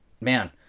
man